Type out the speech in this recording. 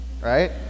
right